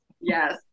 Yes